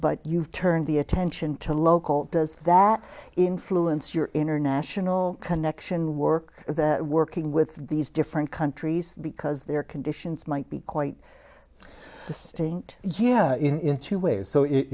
but you've turned the attention to local does that influence your international connection work that working with these different countries because their conditions might be quite